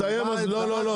לא, לא.